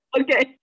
Okay